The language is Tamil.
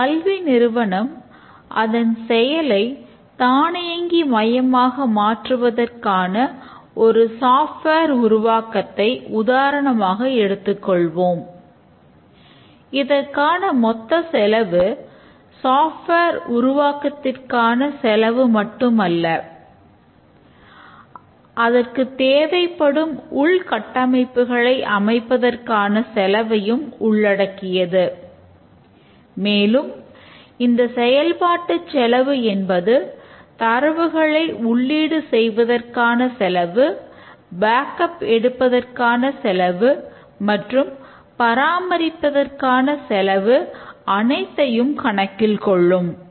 ஒரு கல்வி நிறுவனம் அதன் செயலை தானியங்கி மயமாக மாற்றுவதற்கான ஒரு சாஃப்ட்வேர் எடுப்பதற்கான செலவு மற்றும் பராமரிப்பதற்கான செலவு அனைத்தையும் கணக்கில் கொள்ளும்